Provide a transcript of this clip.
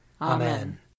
Amen